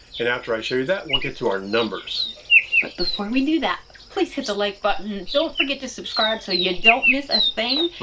and after i show you that, we'll get to our numbers. but before we do that, please hit the like button. don't forget to subscribe so you don't miss a thing.